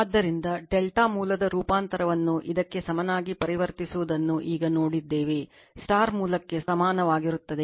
ಆದ್ದರಿಂದ ಡೆಲ್ಟಾ ಮೂಲದ ರೂಪಾಂತರವನ್ನು ಇದಕ್ಕೆ ಸಮನಾಗಿ ಪರಿವರ್ತಿಸುವುದನ್ನು ಈಗ ನೋಡಿದ್ದೇವೆ Star ಮೂಲಕ್ಕೆ ಸಮಾನವಾಗಿರುತ್ತದೆ